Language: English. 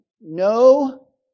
No